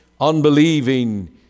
unbelieving